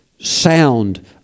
sound